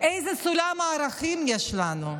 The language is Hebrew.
איזה סולם ערכים יש לנו?